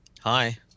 Hi